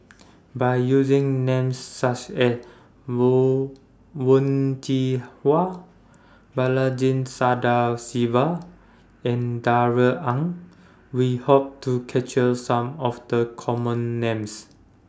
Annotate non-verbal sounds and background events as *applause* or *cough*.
By using Names such as *unintelligible* Wen Jinhua Balaji Sadasivan and Darrell Ang We Hope to capture Some of The Common Names